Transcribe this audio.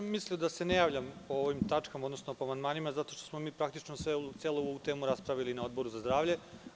Mislio sam da se ne javljam po ovim tačkama, odnosno po amandmanima, pošto smo mi celu ovu temu raspravili na Odboru za zdravlje.